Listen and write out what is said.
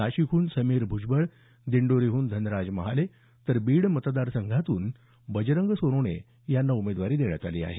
नाशिकहून समीर भूजबळ दिंडोरीहून धनराज महाले तर बीड मतदार संघातून बजरंग सोनवणे यांना उमेदवारी देण्यात आली आहे